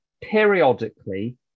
periodically